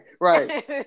right